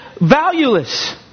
valueless